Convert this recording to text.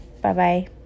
Bye-bye